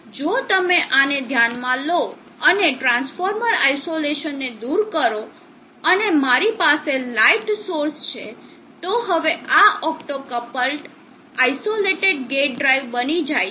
તેથી જો તમે આને ધ્યાનમાં લો અને ટ્રાન્સફોર્મર આઇસોલેશનને દૂર કરો અને મારી પાસે લાઈટ સોર્સ છે તો હવે આ એક ઓપ્ટો આઇસોલેટેડ ગેટ ડ્રાઇવ બની જાય છે